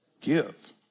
Give